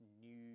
new